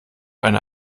eine